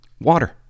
water